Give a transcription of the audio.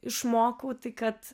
išmokau tai kad